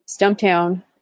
Stumptown